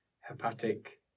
hepatic